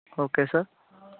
okay sir